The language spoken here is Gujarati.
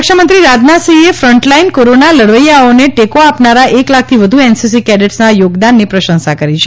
સંરક્ષણમંત્રી રાજનાથસિંહે ફ્રન્ટલાઈન કોરોના લડવૈયાઓને ટેકો આપનારા એક લાખથી વધુ એનસીસી કેડેટ્સના યોગદાનની પ્રશંસા કરી છે